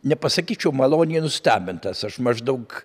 nepasakyčiau maloniai nustebintas aš maždaug